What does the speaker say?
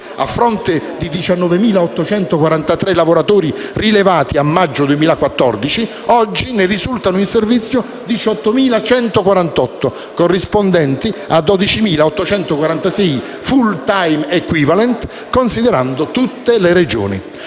a fronte di 19.843 lavoratori rilevati a maggio 2014, oggi ne risultano in servizio 18.148, corrispondenti a 12.846 *full time equivalent* considerando tutte le Regioni.